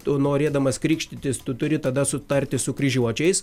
tu norėdamas krikštytis tu turi tada sutarti su kryžiuočiais